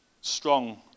strong